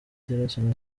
tillerson